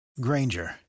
Granger